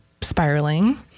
spiraling